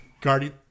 Guardian